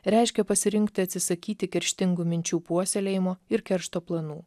reiškia pasirinkti atsisakyti kerštingų minčių puoselėjimo ir keršto planų